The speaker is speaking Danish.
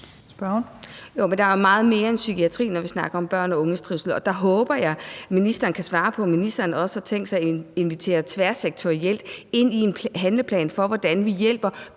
der er meget mere end psykiatri, når vi snakker om børns og unges trivsel, og der håber jeg, at ministeren kan svare på, om ministeren også har tænkt sig at invitere tværsektorielt ind i en handleplan for, hvordan vi hjælper børn og unge i